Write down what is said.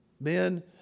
Men